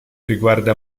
riguarda